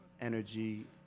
energy